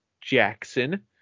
jackson